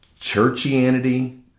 churchianity